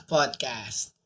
Podcast